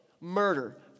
Murder